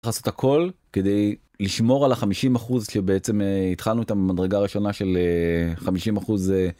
הכל כדי לשמור על החמישים אחוז שבעצם התחלנו את המדרגה הראשונה של חמישים אחוז.